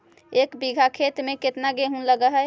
एक बिघा खेत में केतना गेहूं लग है?